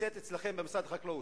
נמצאת אצלכם במשרד החקלאות.